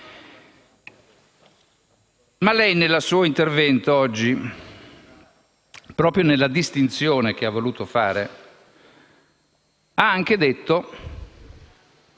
oggi nel suo intervento, proprio nella distinzione che ha voluto fare, ha anche detto che